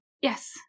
Yes